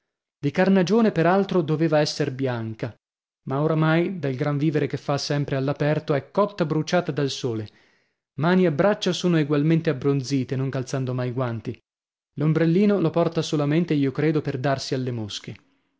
di carnagione per altro doveva esser bianca ma oramai dal gran vivere che fa sempre all'aperto è cotta bruciata dal sole mani e braccia sono egualmente abbronzite non calzando mai guanti l'ombrellino lo porta solamente io credo per darsi alle mosche